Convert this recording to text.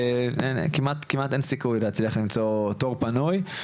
כמעט אין סיכוי להצליח למצוא תור פנוי,